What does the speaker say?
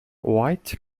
white